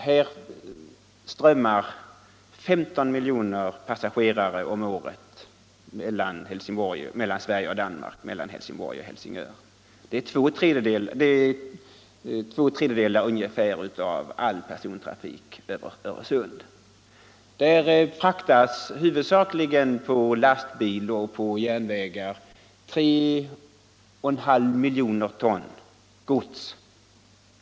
Här strömmar 15 miljoner 21 passagerare om året mellan Sverige och Danmark, mellan Helsingborg och Helsingör. Det är ungefär två tredjedelar av all persontrafik över Öresund. Här fraktas huvudsakligen på lastbil och järnväg tre och en halv miljoner ton gods.